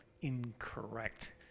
incorrect